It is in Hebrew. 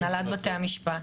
הנהלת בתי המשפט.